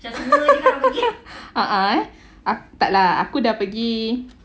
a'ah eh aku dah pergi